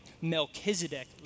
Melchizedek